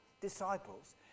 disciples